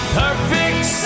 perfect